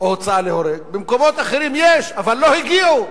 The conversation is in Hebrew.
או הוצאה להורג, במקומות אחרים יש, אבל לא הגיעו